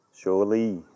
Surely